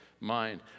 mind